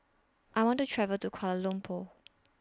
I want to travel to Kuala Lumpur